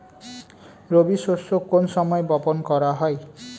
রবি শস্য কোন সময় বপন করা হয়?